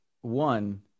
one